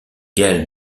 gaël